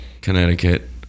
Connecticut